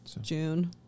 June